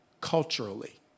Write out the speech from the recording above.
culturally